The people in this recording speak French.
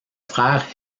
frère